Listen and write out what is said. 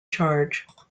charge